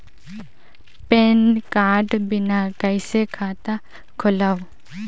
Pan card बिना कइसे खाता खोलव?